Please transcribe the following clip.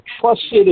trusted